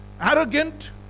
Arrogant